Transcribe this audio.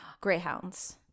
Greyhounds